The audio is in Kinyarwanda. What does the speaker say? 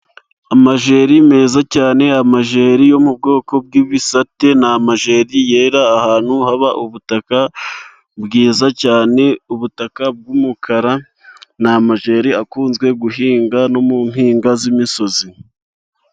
Amajeri meza cyane amajeri yo mu bwoko bw'ibisate ni amajeri yera ahantu haba ubutaka bwiza cyane, ubutaka bw'umukara ni amajeri akunzwe guhingwa no mu mpinga z'imisozi.